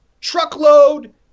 truckload